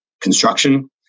construction